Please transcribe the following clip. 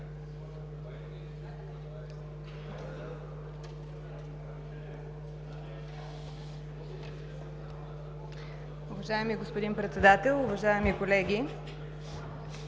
Уважаеми господин Председател, уважаеми колеги!